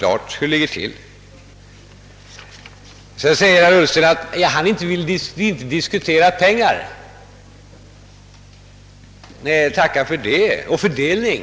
Hur detta ligger till är alldeles klart. Herr Ullsten vill inte diskutera pengar och fördelning.